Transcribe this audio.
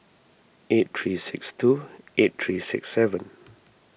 eight three six two eight three six seven